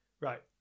Right